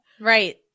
Right